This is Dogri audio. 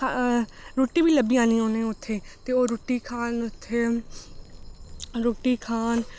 रुट्टी बी लब्भी जानी उनेंगी उत्थै ओह् रुट्टी खान उत्थै रुट्टी खान